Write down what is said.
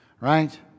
right